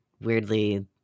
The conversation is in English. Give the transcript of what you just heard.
weirdly